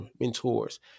mentors